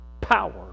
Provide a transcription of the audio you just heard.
Power